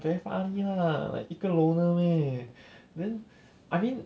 very funny lah 一个 loner meh then I mean